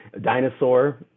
dinosaur